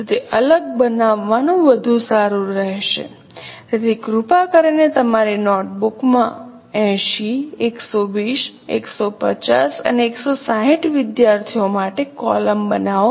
તેથી અલગ બનાવવાનું વધુ સારું રહેશે તેથી કૃપા કરીને તમારી નોટ બુક મા 80 120 150 અને 160 વિદ્યાર્થીઓ માટે કોલમ બનાવો